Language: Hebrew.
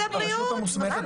משרד הבריאות.